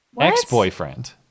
Ex-boyfriend